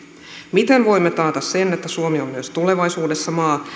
miten voimme taata sen että suomi on myös tulevaisuudessa maa